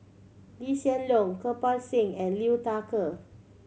Lee Hsien Loong Kirpal Singh and Liu Thai Ker